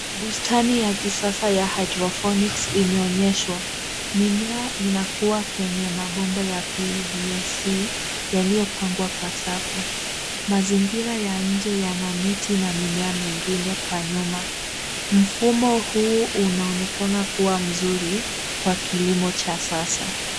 Bustani ya kisasa ya hydroponics imeonyeshwa. Mimea inakua kwenye mabomba ya PVC yaliyopangwa kwa safu. Mazingira ya nje yana miti na mimea mingine kwa nyuma. Mfumo huu unaonekana kuwa mzuri, kwa kilimo cha sasa.